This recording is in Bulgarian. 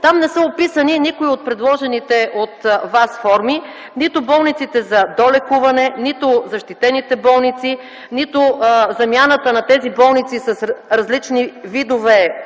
Там не са описани никои от предложените от Вас форми - нито болниците за долекуване, нито защитените болници, нито замяната на тези болници с различни видове